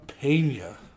Pena